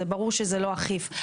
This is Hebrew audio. זה ברור שזה לא אכיף,